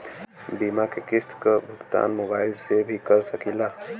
बीमा के किस्त क भुगतान मोबाइल से भी कर सकी ला?